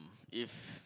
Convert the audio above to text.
if